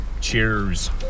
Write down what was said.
Cheers